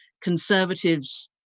conservatives